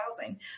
housing